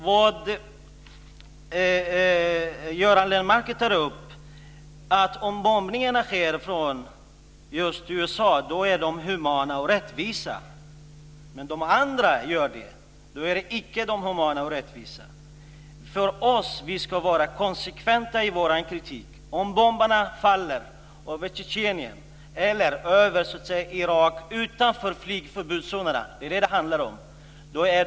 Göran Lennmarker menar att bombningarna är humana och rättvisa om de görs av USA. Men om andra gör det är det inte humant och rättvist. Vi ska vara konsekventa i vår kritik. Bomberna är lika vidriga antingen de faller över Tjetjenien eller Irak utanför flygförbudszonerna.